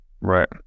Right